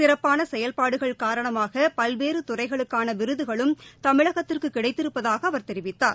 சிறப்பான செயல்பாடுகள் காரணமாக பல்வேறு துறைகளுக்கான விருதுகளும் தமிழகத்திற்கு கிடைத்திருப்பதாக அவர் தெரிவித்தார்